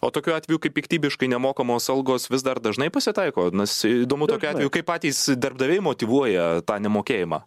o tokiu atveju kaip piktybiškai nemokamos algos vis dar dažnai pasitaiko nos įdomu tokiu atveju kaip patys darbdaviai motyvuoja tą nemokėjimą